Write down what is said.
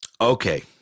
Okay